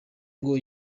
ngo